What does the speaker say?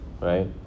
right